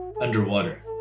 underwater